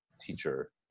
teacher